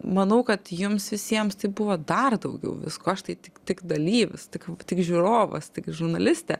manau kad jums visiems tai buvo dar daugiau visko aš tai tik tik dalyvis tik tik žiūrovas tik žurnalistė